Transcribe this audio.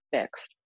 fixed